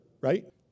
right